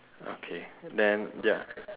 okay then ya